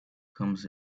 comes